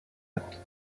actos